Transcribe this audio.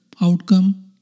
outcome